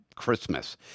Christmas